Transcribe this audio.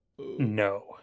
No